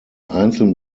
einzeln